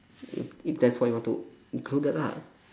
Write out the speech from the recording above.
if if that's what you want to include that lah